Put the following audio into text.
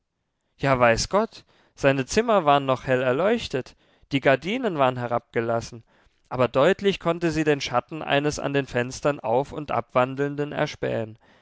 mart ja weiß gott seine zimmer waren noch hell erleuchtet die gardinen waren herabgelassen aber deutlich konnte sie den schatten eines an den fenstern auf und abwandelnden erspähen